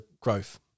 growth